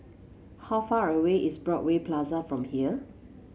how far away is Broadway Plaza from here